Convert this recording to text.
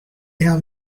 have